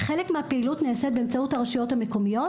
חלק מהפעילות נעשית באמצעות הרשויות המקומיות